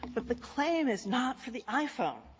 but the claim is not for the iphone.